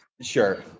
sure